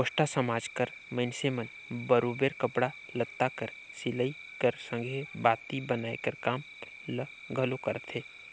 कोस्टा समाज कर मइनसे मन बरोबेर कपड़ा लत्ता कर सिलई कर संघे बाती बनाए कर काम ल घलो करथे